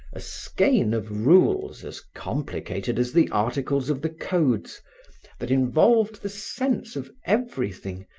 a skein of rules as complicated as the articles of the codes that involved the sense of everything,